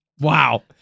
Wow